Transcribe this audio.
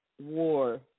war